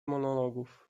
monologów